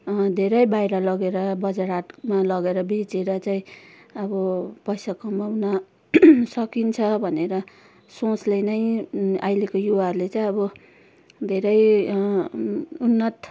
धेरै बाहिर लगेर बजार हाटमा लगेर बेचेर चाहिँ अब पैसा कमाउन सकिन्छ भनेर सोचले नै अहिलेको युवाहरूले चाहिँ अब धेरै उन्नत